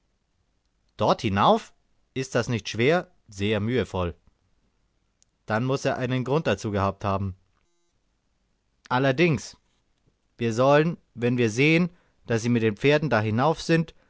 dort hinauf ist das nicht schwer sehr mühevoll dann muß er einen grund dazu gehabt haben allerdings wir sollen wenn wir sehen daß sie mit den pferden da hinauf sind